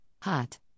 hot